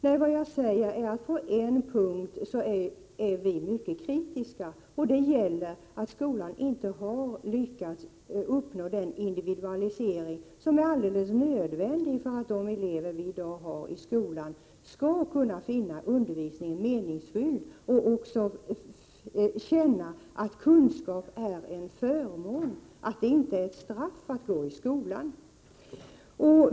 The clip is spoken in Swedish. Nej, vad jag säger är att på en punkt är vi mycket kritiska, och det gäller att skolan inte har lyckats uppnå den individualisering som är alldeles nödvändig för att de elever vi i dag har i skolan skall kunna finna undervisningen meningsfylld och också känna att kunskap är en förmån, att det inte är ett straff att gå i skolan.